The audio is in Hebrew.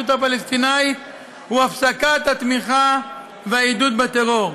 הפלסטינית הוא הפסקת התמיכה והעידוד של הטרור.